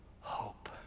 hope